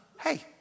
Hey